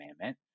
commandment